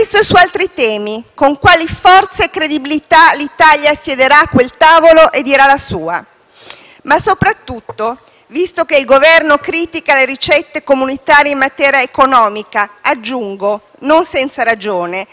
Ma soprattutto, visto che il Governo critica le ricette comunitarie in materia economica - aggiungo non senza ragione - avrà la coerenza di votare contro questo *dossier*, o magari di cambiarne i contenuti previsti?